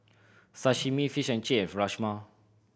Sashimi Fish and Chip Rajma